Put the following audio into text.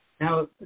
Now